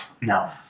No